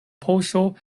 poŝo